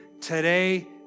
today